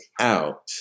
out